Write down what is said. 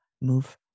move